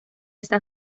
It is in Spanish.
está